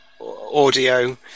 audio